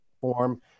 form